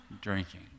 drinking